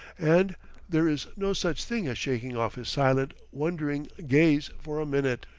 and there is no such thing as shaking off his silent, wondering gaze for a minute.